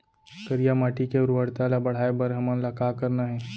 करिया माटी के उर्वरता ला बढ़ाए बर हमन ला का करना हे?